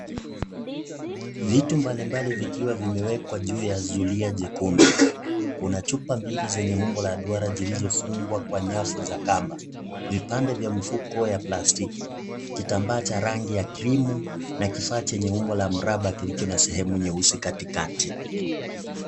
Vitu mbalimbali zikiwa zimewekwa juu ya zulia jekundu. Kuna chupa mbili zenye umbo la duara zilizofungwa kwa nyafu za kamba, vipande vya mfuko ya plastiki, kitambaa cha rangi ya klimu na kifaa chenye umbo la mraba kilicho na sehemu nyeusi katikati.